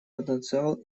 потенциал